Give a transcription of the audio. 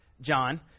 John